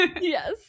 Yes